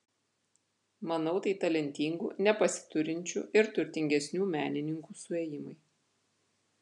manau tai talentingų nepasiturinčių ir turtingesnių menininkų suėjimai